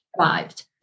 survived